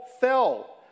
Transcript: fell